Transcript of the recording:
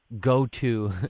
go-to